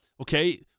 okay